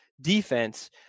defense